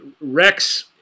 Rex